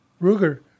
Ruger